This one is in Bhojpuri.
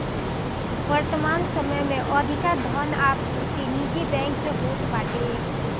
वर्तमान समय में अधिका धन आपूर्ति निजी बैंक से होत बाटे